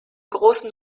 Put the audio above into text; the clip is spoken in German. großen